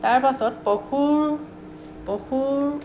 তাৰ পাছত পশুৰ পশুৰ